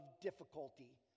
difficulty